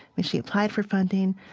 when she applied for funding,